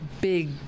big